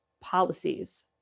policies